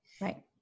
Right